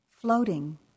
floating